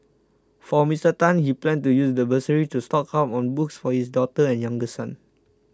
for Mister Tan he plans to use the bursary to stock up on books for his daughter and younger son